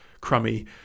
crummy